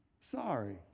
sorry